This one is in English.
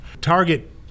Target